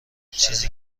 چیزی